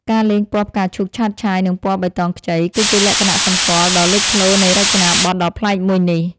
ការលេងពណ៌ផ្កាឈូកឆើតឆាយនិងពណ៌បៃតងខ្ចី គឺជាលក្ខណៈសម្គាល់ដ៏លេចធ្លោនៃរចនាប័ទ្មដ៏ប្លែកមួយនេះ។